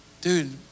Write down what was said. Dude